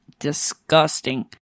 disgusting